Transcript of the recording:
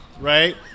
Right